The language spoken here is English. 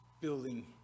building